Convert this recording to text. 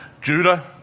Judah